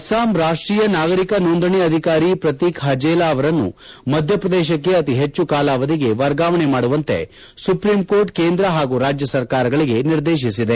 ಅಸ್ಲಾಂ ರಾಷ್ಟೀಯ ನಾಗರಿಕ ನೋಂದಣಿ ಅಧಿಕಾರಿ ಪ್ರತೀಕ್ ಹಜೇಲಾ ಅವರನ್ನು ಮಧ್ಯಪ್ರದೇಶಕ್ಕೆ ಅತಿ ಹೆಚ್ಚು ಕಾಲಾವಧಿಗೆ ವರ್ಗಾವಣೆ ಮಾಡುವಂತೆ ಸುಪ್ರೀಂಕೋರ್ಟ್ ಕೇಂದ್ರ ಹಾಗೂ ರಾಜ್ಯ ಸರ್ಕಾರಗಳಿಗೆ ನಿರ್ದೇಶಿಸಿದೆ